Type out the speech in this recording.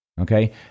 okay